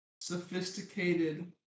Sophisticated